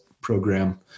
program